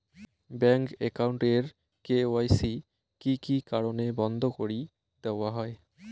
Bank account এর KYC কি কি কারণে বন্ধ করি দেওয়া হয়?